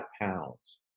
pounds